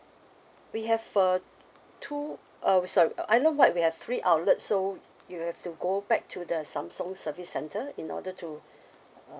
we have uh two uh sorry island wide we have three outlet so you have to go back to the samsung service center in order to